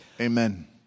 Amen